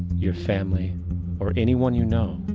your family or anyone you know,